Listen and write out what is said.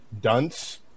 Dunce